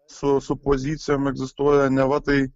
su su pozicijom egzistuoja neva tai